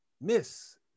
miss